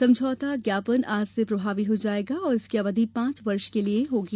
समझौता ज्ञापन आज से प्रभावी हो जायेगा और इसकी अवधि पांच वर्ष को लिए होगी